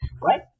right